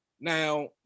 Now